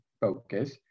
focus